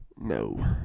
No